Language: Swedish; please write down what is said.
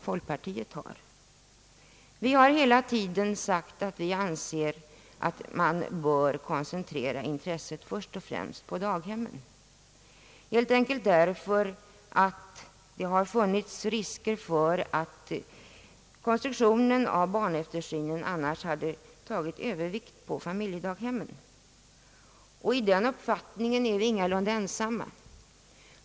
Vi har hela tiden sagt att vi anser att man först och främst bör koncentrera intresset till daghemmen, helt enkelt därför att det har funnits risker för att konstruktionen av barntillsynen annars hade fått övervikt mot familjedaghemmen. I den uppfattningen är vi ingalunda ensamma.